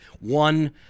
One